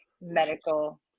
medical